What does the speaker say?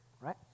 right